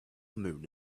moon